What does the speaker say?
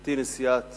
גברתי נשיאת